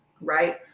right